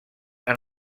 han